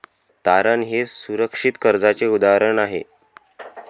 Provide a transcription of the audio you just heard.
तारण हे सुरक्षित कर्जाचे उदाहरण आहे